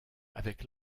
avec